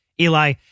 Eli